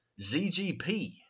ZGP